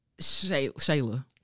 Shayla